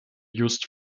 used